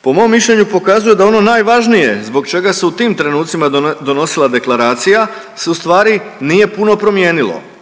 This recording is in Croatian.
po mom mišljenju pokazuje da ono najvažnije zbog čega se u tim trenucima donosila deklaracija se u stvari nije puno promijenilo,